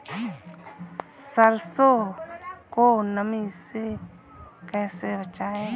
सरसो को नमी से कैसे बचाएं?